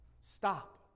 Stop